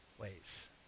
ways